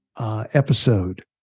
episode